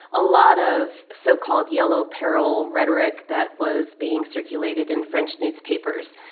a lot of so-called yellow peril rhetoric that was being circulated in french newspapers,